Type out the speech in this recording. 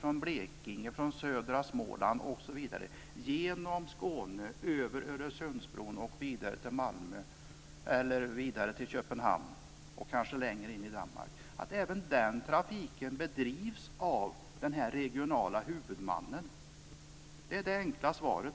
från Blekinge, från södra Småland osv. genom Skåne, över Öresundsbron och vidare till Malmö eller Köpenhamn, och kanske längre in i Danmark, bedrivs av den regionala huvudmannen. Det är det enkla svaret.